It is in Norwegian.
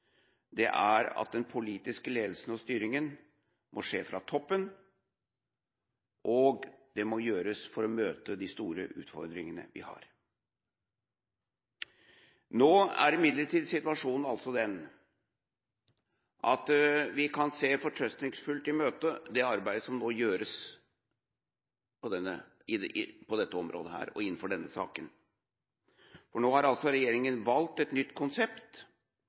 den politiske ledelsen og styringen skje fra toppen, og det må gjøres for å møte de store utfordringene vi har. Nå er imidlertid situasjonen altså den at vi fortrøstningsfullt kan se i møte det arbeidet som nå gjøres på dette området og innenfor denne saken. Nå har altså regjeringen valgt et nytt konsept